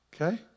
Okay